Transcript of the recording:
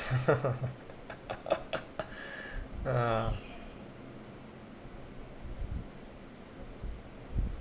uh